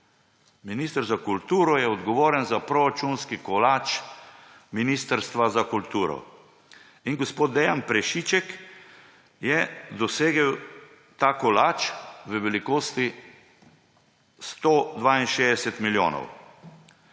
Minister za kulturo je odgovoren za proračunski kolač Ministrstva za kulturo. Gospod Dejan Prešiček je dosegel ta kolač v velikosti 162 milijonov.